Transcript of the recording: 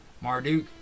Marduk